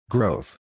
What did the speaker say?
Growth